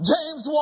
James